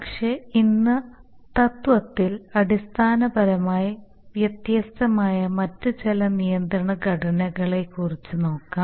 പക്ഷേ ഇന്ന് തത്ത്വത്തിൽ അടിസ്ഥാനപരമായി വ്യത്യസ്തമായ മറ്റ് ചില നിയന്ത്രണ ഘടനകളെക്കുറിച്ച് നോക്കാം